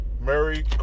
Merry